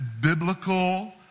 biblical